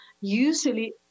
usually